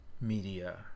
media